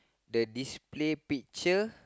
the display picture